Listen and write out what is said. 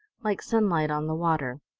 like sunlight on the water.